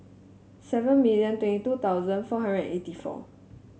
seven million twenty two thousand four hundred eighty four